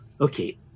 Okay